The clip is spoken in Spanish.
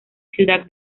ciudad